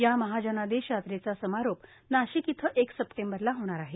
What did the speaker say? या महाजनादेश यात्रेचा समारोप नाशिक इथं एक सप्टेंबरला होणार आहे